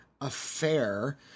affair